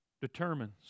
determines